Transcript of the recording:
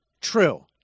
True